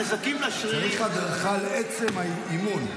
הנזקים לשרירים --- צריך הדרכה על עצם האימון,